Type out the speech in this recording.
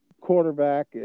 quarterback